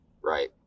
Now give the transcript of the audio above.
right